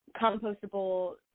compostable